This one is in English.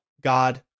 God